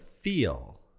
feel